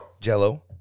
Jello